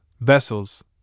vessels